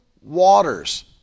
waters